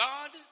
God